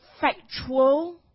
factual